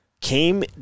came